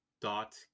Dot